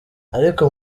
ariko